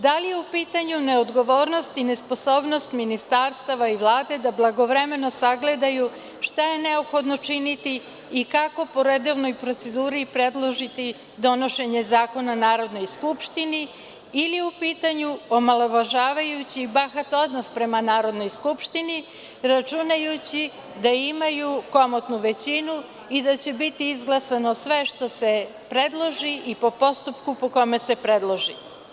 Da li je u pitanju neodgovornost i nesposobnost ministarstava i Vlade da blagovremeno sagledaju šta je neophodno činiti i kako po redovnoj proceduri predložiti donošenje zakona Narodnoj skupštini, ili je u pitanju omalovažavajući i bahat odnos prema Narodnoj skupštini, računajući da imaju komotnu većinu i da će biti izglasano sve što se predloži i po postupku po kome se predloži.